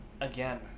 Again